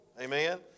amen